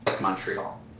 Montreal